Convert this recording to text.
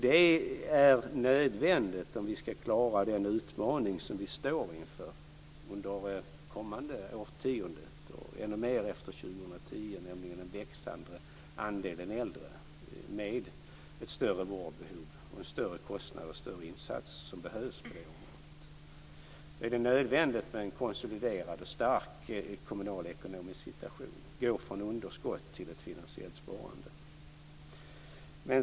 Det är nödvändigt om vi ska klara den utmaning som vi står inför under det kommande årtiondet, och ännu mer efter 2010, med den växande andelen äldre människor med ett större vårdbehov, större kostnader och större insatser på det området. Då är det nödvändigt med en konsoliderad och stark kommunalekonomisk situation. Vi går från underskott till ett finansiellt sparande.